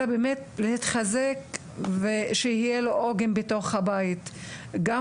אלא להתחזק ובאמת שיהיה לו עוגן בתוך הבית שלו ואני